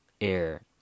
air